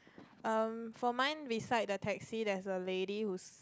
um for mine beside the taxi there's a lady who's